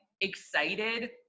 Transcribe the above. excited